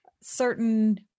certain